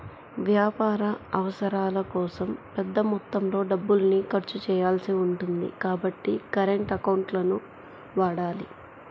వ్యాపార అవసరాల కోసం పెద్ద మొత్తంలో డబ్బుల్ని ఖర్చు చేయాల్సి ఉంటుంది కాబట్టి కరెంట్ అకౌంట్లను వాడాలి